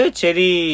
cherry